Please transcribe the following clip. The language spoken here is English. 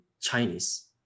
Chinese